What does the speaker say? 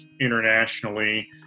internationally